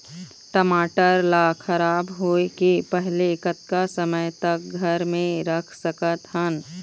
टमाटर ला खराब होय के पहले कतका समय तक घर मे रख सकत हन?